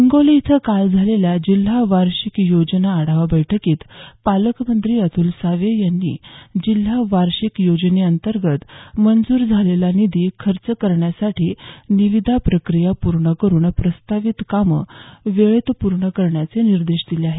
हिंगोली इथं काल झालेल्या जिल्हा वार्षिक योजना आढावा बैठकीत पालकमंत्री अतुल सावे यांनी जिल्हा वार्षिक योजने अंतर्गत मंजूर झालेला निधी खर्च करण्यासाठी निविदा प्रक्रिया पूर्ण करून प्रस्तवित कामं वेळेत पूर्ण करण्याचे निर्देश दिले आहेत